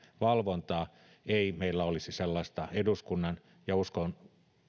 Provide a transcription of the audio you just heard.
valvontaa ei meillä olisi sellaista eduskunnan